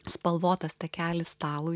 spalvotas takelis stalui